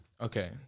okay